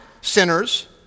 sinners